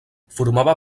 formava